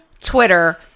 Twitter